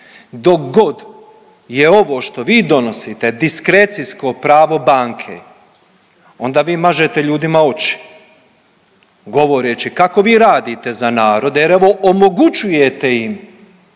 Dok god je ovo što vi donosite diskrecijsko pravo banke onda vi mažete ljudima oči govoreći kako vi radite za narod jer evo omogućujete im